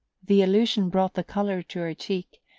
the allusion brought the colour to her cheek,